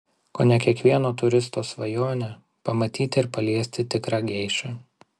kone kiekvieno turisto svajonė pamatyti ir paliesti tikrą geišą